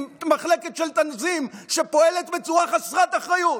מחלקה של תנזים שפועלת בצורה חסרת אחריות.